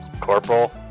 Corporal